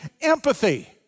Empathy